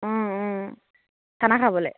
খানা খাবলে